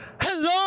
Hello